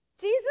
Jesus